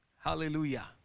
Hallelujah